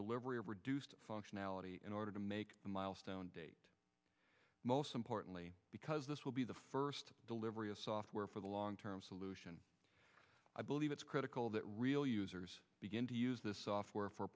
delivery of reduced functionality in order to make a milestone date most importantly because this will be the first delivery of software for the long term solution i believe it's critical that real users begin to use this software for